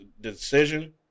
decision